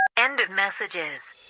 end of messages